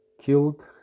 killed